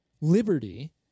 liberty